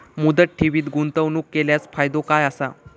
मुदत ठेवीत गुंतवणूक केल्यास फायदो काय आसा?